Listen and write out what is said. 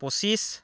পঁচিছ